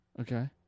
Okay